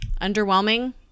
Underwhelming